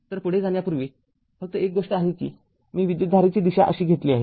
तर पुढे जाण्यापूर्वीफक्त एक गोष्ट आहे कि मी विद्युतधारेची दिशा अशी घेतली आहे